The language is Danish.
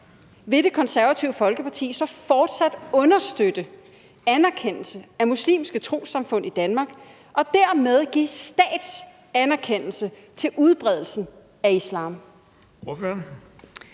vil Det Konservative Folkeparti så fortsat understøtte anerkendelse af muslimske trossamfund i Danmark og dermed give statsanerkendelse til udbredelsen af islam?